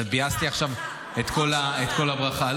ביאסתי עכשיו את כל הברכה.